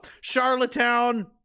Charlottetown